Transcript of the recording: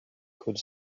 could